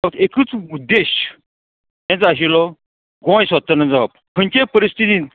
एकूच उद्देश तेंचो जाय आशिल्लो गोंय स्वतंत्र जावप खंयचेय परिस्थितीन